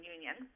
Union